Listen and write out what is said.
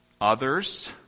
Others